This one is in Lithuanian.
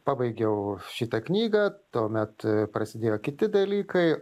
pabaigiau šitą knygą tuomet prasidėjo kiti dalykai